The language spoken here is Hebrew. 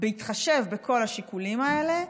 בהתחשב בכל השיקולים האלה,